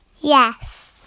Yes